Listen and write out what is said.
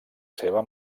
seva